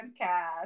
podcast